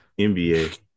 NBA